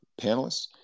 panelists